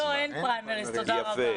לא, אין פריימריז, תודה רבה.